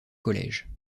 collège